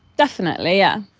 definitely, yeah